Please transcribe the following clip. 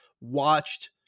watched